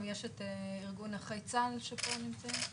יש גם את ארגון נכי צה"ל שנמצאים פה.